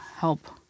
help